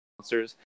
monsters